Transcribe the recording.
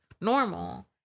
normal